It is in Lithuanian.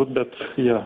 bet jo